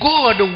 God